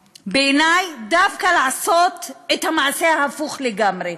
בעיני, דווקא לעשות את המעשה ההפוך לגמרי.